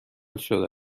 شده